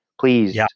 please